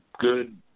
good